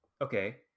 Okay